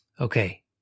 Okay